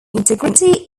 integrity